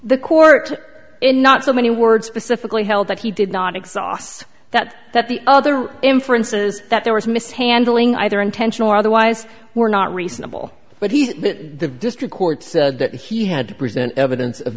the court in not so many words pacifically held that he did not exhaust that that the other inferences that there was mishandling either intentional or otherwise were not reasonable but he the district court said that he had to present evidence of